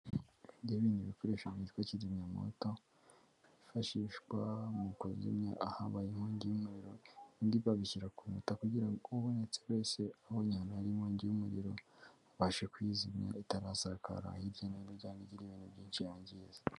ibi ni ibintu bikoreshwa byitwa kizimyamwoto, byifashishwa mu kuzimya ahabaye inkongi y'umuriro. Ubundi babishyira ku mutaka kugira ngo ubonetse wese, abonye ahantu hari inkongi y'umuriro abashe kuyizimya itarasakara hirya no hino cyangwa ngo igira ibintu byinshi yangiza.